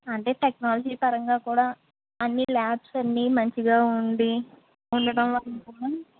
అంటే టెక్నాలజీ పరంగా కూడ అన్నీ లాబ్స్ అన్నీ మంచిగా ఉండి ఉండటం వల్ల కూడా